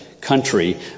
country